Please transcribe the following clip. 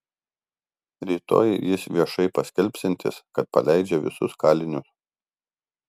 rytoj jis viešai paskelbsiantis kad paleidžia visus kalinius